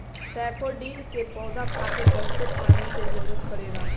daffodil के पौधा खातिर बहुते पानी के जरुरत पड़ेला